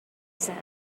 said